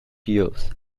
pious